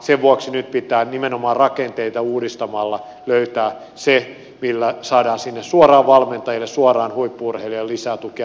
sen vuoksi nyt pitää nimenomaan rakenteita uudistamalla löytää se millä saadaan sinne suoraan valmentajille suoraan huippu urheilijoille lisää tukea